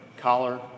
collar